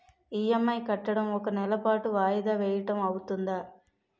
EMI కట్టడం ఒక నెల పాటు వాయిదా వేయటం అవ్తుందా?